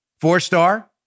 four-star